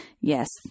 yes